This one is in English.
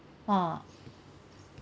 !wah!